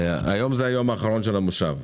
היום זה היום האחרון של המושב.